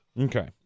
Okay